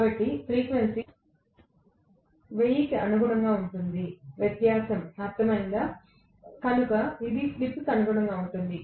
కాబట్టి ఫ్రీక్వెన్సీ 1000 కి అనుగుణంగా ఉంటుంది వ్యత్యాసం అర్థమైంది కనుక ఇది స్లిప్కు అనుగుణంగా ఉంటుంది